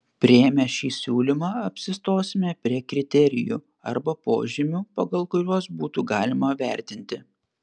priėmę šį siūlymą apsistosime prie kriterijų arba požymių pagal kuriuos būtų galima vertinti